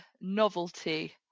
novelty